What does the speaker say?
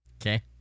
Okay